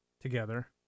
together